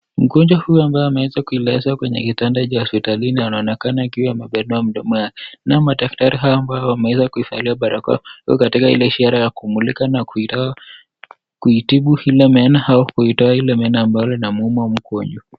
Mgonjwa huyu ambaye ameweza kulazwa kwenye kitanda cha hospitalini anaonekana akiwa amepanua mdomo wake. Na madaktari hawa ambao wamevalia barakoa wako katika ile harakati ya kumulika na kuitibu ile meno au kuitoa ile meno inayomuuma yule mgonjwa.